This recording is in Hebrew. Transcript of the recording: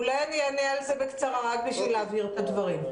אולי אענה על זה בקצרה רק בשביל להבהיר את הדברים.